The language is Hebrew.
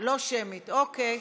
לא שמית, אוקיי.